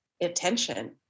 attention